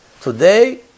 Today